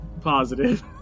positive